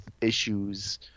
issues